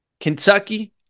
Kentucky